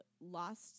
lost